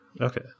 okay